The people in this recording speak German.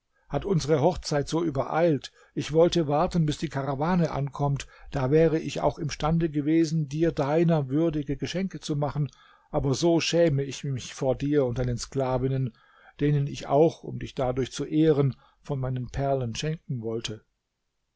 hat unsere hochzeit so übereilt ich wollte warten bis die karawane ankommt da wäre ich auch imstande gewesen dir deiner würdige geschenke zu machen aber so schäme ich mich vor dir und deinen sklavinnen denen ich auch um dich dadurch zu ehren von meinen perlen schenken wollte